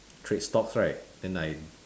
trade stocks right then I